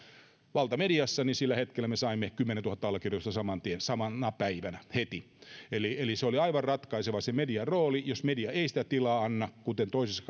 valtamediassa niin sillä hetkellä me saimme kymmenentuhatta allekirjoitusta saman tien samana päivänä heti eli median rooli oli aivan ratkaiseva jos media ei sitä tilaa anna kuten kävi toisessa